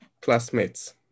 classmates